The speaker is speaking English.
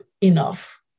enough